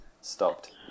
stopped